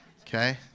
okay